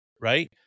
right